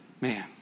Man